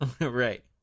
right